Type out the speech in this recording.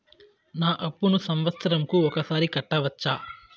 నా అప్పును సంవత్సరంకు ఒకసారి కట్టవచ్చా?